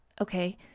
Okay